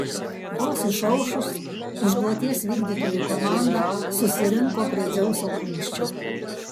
vos išaušus užduoties vykdytojų komanda susirinko prie dzeuso kumščio